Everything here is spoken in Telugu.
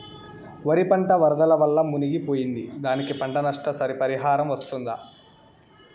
వరి పంట వరదల వల్ల మునిగి పోయింది, దానికి పంట నష్ట పరిహారం వస్తుందా?